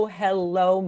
hello